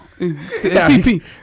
TP